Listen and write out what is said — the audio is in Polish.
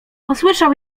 posłyszał